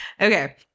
Okay